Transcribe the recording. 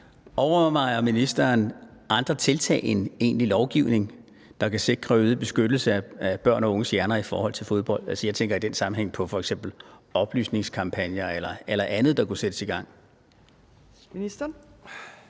Overvejer ministeren andre tiltag end egentlig lovgivning, der kan sikre en øget beskyttelse af børn og unges hjerner i forhold til fodbold? Jeg tænker i den sammenhæng på f.eks. oplysningskampagner eller andet, der kunne sættes i gang. Kl.